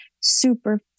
super